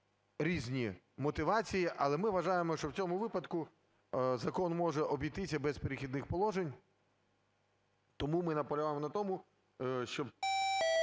різні мотивації, але ми вважаємо, що в цьому випадку закон може обійтися без "Перехідних положень". Тому ми наполягали на тому, щоб